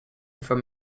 from